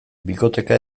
bikoteka